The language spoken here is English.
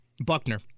Buckner